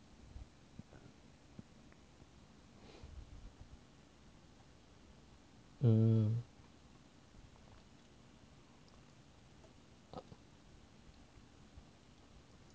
mm